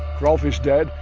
hrolf is dead,